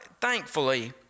thankfully